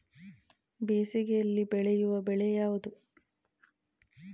ಬೇಸಿಗೆಯಲ್ಲಿ ಬೆಳೆಯುವ ಬೆಳೆ ಯಾವುದು?